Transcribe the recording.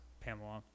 Pamela